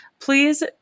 Please